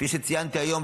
כפי שציינתי היום,